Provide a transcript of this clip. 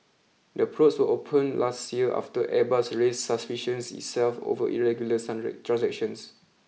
the probes were opened last year after Airbus raised suspicions itself over irregular transactions